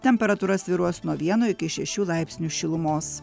temperatūra svyruos nuo vieno iki šešių laipsnių šilumos